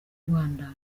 rwanda